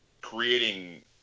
creating